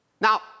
Now